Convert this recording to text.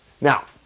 Now